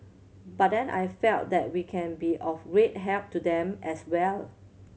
but then I felt that we can be of great help to them as well